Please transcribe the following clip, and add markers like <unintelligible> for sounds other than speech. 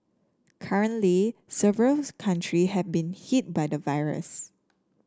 currently several <unintelligible> countries have been hit by the virus